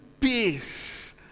peace